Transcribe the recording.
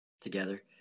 together